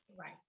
Right